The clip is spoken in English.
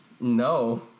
No